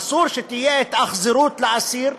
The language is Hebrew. אסור שתהיה התאכזרות לאסיר,